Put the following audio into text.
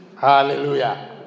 Hallelujah